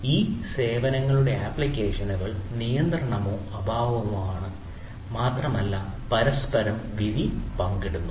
ഇത് സേവനങ്ങളുടെ ആപ്ലിക്കേഷനുകളിൽ നിയന്ത്രണമോ അഭാവമോ ആണ് മാത്രമല്ല പരസ്പരം വിധി പങ്കിടുന്നു